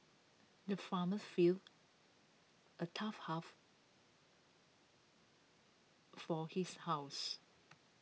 the farmers filled A tough half for his horses